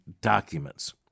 documents